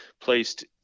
placed